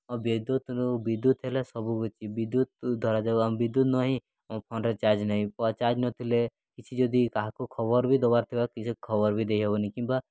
ଆଉ ବିଦ୍ୟୁତ୍ ବିଦ୍ୟୁତ୍ ହେଲେ ସବୁକିଛି ବିଦ୍ୟୁତ୍ ଧରାଯାଉ ଆମ ବିଦ୍ୟୁ୍ତ ନାହିଁ ଆମ ଫୋନ୍ରେ ଚାର୍ଜ୍ ନାହିଁ ଚାର୍ଜ୍ ନଥିଲେ କିଛି ଯଦି କାହାକୁ ଖବର ବି ଦେବାର ଥିବା କିଛି ଖବର ବି ଦେଇହେବନି କିମ୍ବା